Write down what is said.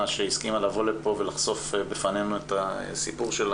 שהסכימה לבוא לפה ולחשוף את הסיפור שלה,